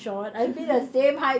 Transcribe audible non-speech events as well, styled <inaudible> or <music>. <laughs>